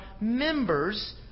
members